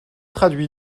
traduit